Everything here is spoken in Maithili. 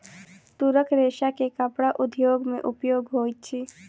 तूरक रेशा के कपड़ा उद्योग में उपयोग होइत अछि